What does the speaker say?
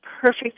perfect